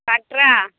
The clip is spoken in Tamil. டாக்டரா